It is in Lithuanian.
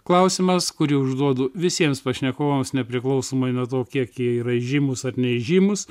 klausimas kurį užduodu visiems pašnekovams nepriklausomai nuo to kiek jie yra žymus ar neįžymus